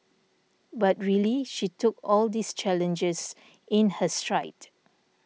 but really she took all these challenges in her stride